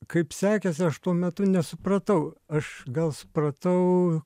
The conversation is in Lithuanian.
kaip sekėsi aš tuo metu nesupratau aš gal supratau